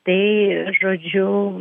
tai žodžiu